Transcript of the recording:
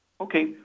Okay